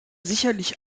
sicherlich